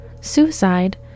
suicide